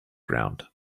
ground